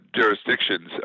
jurisdictions